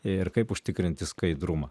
ir kaip užtikrinti skaidrumą